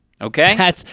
Okay